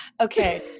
Okay